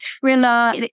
thriller